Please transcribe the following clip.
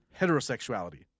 heterosexuality